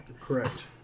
Correct